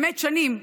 באמת שנים,